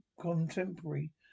contemporary